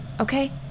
okay